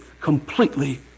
completely